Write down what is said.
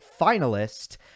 finalist